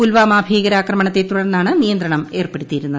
പുൽവാമ ഭീകരാക്രമണത്തെ തുടർന്നാണ് നിയന്ത്രണം ഏർപ്പെടുത്തിയിരുന്നത്